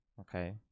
Okay